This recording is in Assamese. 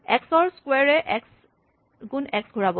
এক্স ৰ ক্সোৱাৰ এ এক্স গুণ এক্স ঘূৰাব